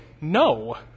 no